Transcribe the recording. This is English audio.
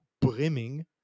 brimming